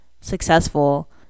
successful